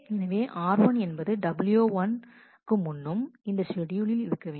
எனவே r1 என்பது w1 முன்னும் இந்த ஷெட்யூலில் இருக்க வேண்டும்